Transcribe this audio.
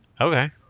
Okay